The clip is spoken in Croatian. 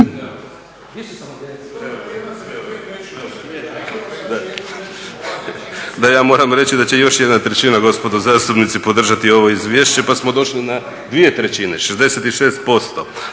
Pa ja moram reći da će još jedna trećina, gospod zastupnici podržati ovo izvješće. Pa smo došli na dvije trećine, 66%,